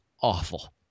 awful